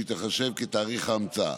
והיא תיחשב כתאריך ההמצאה,